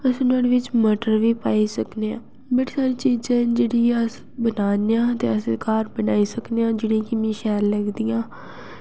अस नोह्ड़े बिच मटर बी पाई सकने आं बड़ी सारी चीजां न जेह्ड़ी अस बनान्ने आं ते अस घर बनाई सकनेआं जेह्ड़ी कि मिं शैल लगदियां